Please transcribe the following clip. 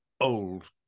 old